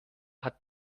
hat